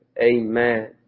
Amen